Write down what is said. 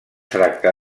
tracta